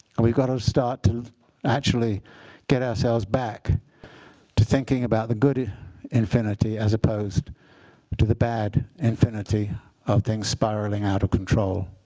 and we've got to start to actually get ourselves back to thinking about the good infinity, as opposed to the bad infinity of things spiraling out of control.